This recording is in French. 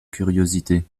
curiosité